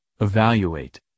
evaluate